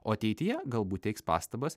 o ateityje galbūt teiks pastabas